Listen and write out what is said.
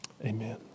Amen